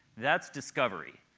that's discovery,